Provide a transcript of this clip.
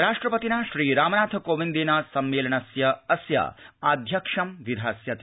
राष्ट्रपतिना श्रीरामनाथ कोविन्देन सम्मेलनस्य आध्यक्ष्यं विधास्यते